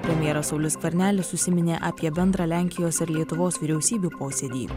premjeras saulius skvernelis užsiminė apie bendrą lenkijos ir lietuvos vyriausybių posėdį